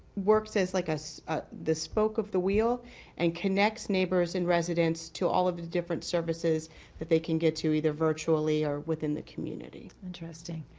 works as like us the spoke of the wheel and connects neighbors and residents to all of the different services they can get to either virtually or within the community interesting.